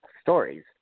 stories